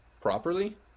properly